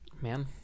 Man